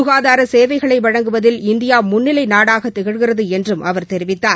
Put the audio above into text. சுகாதார சேவைகளை வழங்குவதில் இந்தியா முன்னிலை நாடாக திகழ்கிறது என்றும் அவர் தெரிவித்தார்